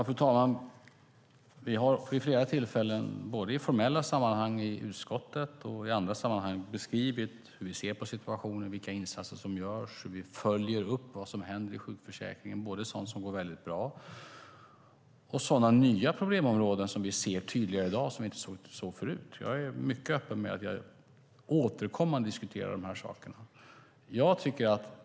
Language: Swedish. Fru talman! Vi har vid flera tillfällen, både i formella sammanhang i utskottet och i andra sammanhang, beskrivit hur vi ser på situationen, vilka insatser som görs och hur vi följer upp vad som händer i sjukförsäkringen. Det gäller både sådant som går väldigt bra och nya problemområden som vi ser tydligare i dag men som vi inte såg förut. Jag är mycket öppen med att jag återkommande diskuterar dessa saker.